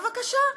בבקשה,